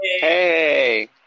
Hey